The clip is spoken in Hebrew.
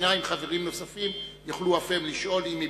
ושני חברים נוספים יוכלו גם הם לשאול,